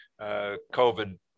COVID